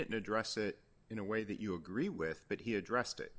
didn't address it in a way that you agree with that he addressed it